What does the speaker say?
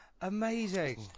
Amazing